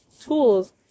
tools